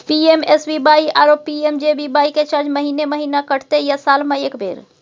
PMSBY आरो PMJBY के charge महीने महीना कटते या साल म एक बेर?